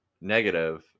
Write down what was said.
negative